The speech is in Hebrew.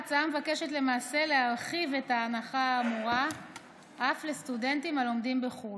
ההצעה מבקשת למעשה להרחיב את ההנחה האמורה אף לסטודנטים הלומדים בחו"ל.